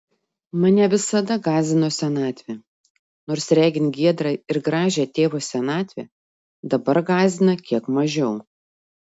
mane visada gąsdino senatvė nors regint giedrą ir gražią tėvo senatvę dabar gąsdina kiek mažiau